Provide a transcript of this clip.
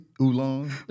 Oolong